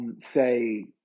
Say